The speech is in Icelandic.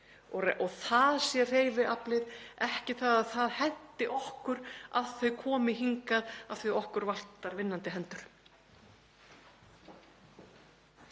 að það sé hreyfiaflið, ekki það að það henti okkur að þau komi hingað af því að okkur vanti vinnandi hendur.